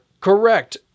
Correct